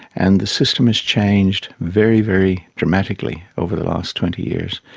and the system has changed very, very dramatically over the last twenty years.